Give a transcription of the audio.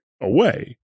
away